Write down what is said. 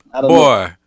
Boy